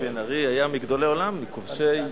בן-ארי היה מגדולי עולם, מכובשי ירושלים.